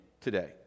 today